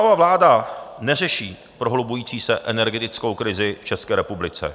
Fialova vláda neřeší prohlubující se energetickou krizi v České republice.